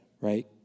right